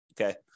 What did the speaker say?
Okay